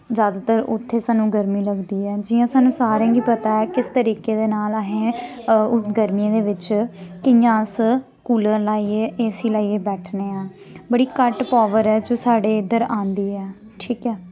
ज्यादातर उत्थे सानू गर्मी लगदी ऐ जि'यां सानू सारें गी पता ऐ किस तरीके दे नाल असें उस गर्मियें दे बिच्च कि'यां अस कूलर लाइयै ए सी लाइयै बैठने आं बड़ी घट्ट पावर ऐ जो साढ़े इद्धर आंदी ऐ ठीक ऐ